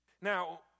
Now